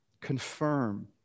confirm